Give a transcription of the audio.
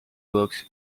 works